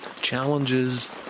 challenges